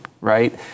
Right